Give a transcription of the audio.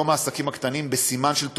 יום העסקים הקטנים הוא בסימן של תוצאות,